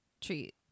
treat